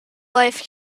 life